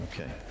Okay